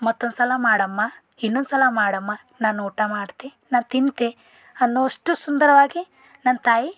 ಮತ್ತೊಂದು ಸಲ ಮಾಡಮ್ಮ ಇನ್ನೊಂದು ಸಲ ಮಾಡಮ್ಮ ನಾನು ಊಟ ಮಾಡ್ತಿ ನಾನು ತಿಂತೇ ಅನ್ನುವಷ್ಟು ಸುಂದರವಾಗಿ ನನ್ನ ತಾಯಿ